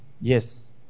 Yes